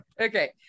Okay